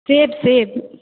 सेब सेब